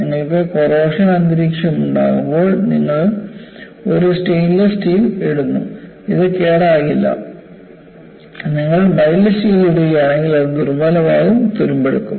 നിങ്ങൾക്ക് കൊറോഷൻ അന്തരീക്ഷമുണ്ടാകുമ്പോൾ നിങ്ങൾ ഒരു സ്റ്റെയിൻലെസ് സ്റ്റീൽ ഇടുന്നു അത് കേടാകില്ല നിങ്ങൾ മൈൽഡ് സ്റ്റീൽ ഇടുകയാണെങ്കിൽ അത് ദുർബലമാകും തുരുമ്പെടുക്കും